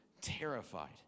terrified